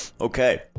okay